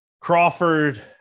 Crawford